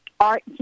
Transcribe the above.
art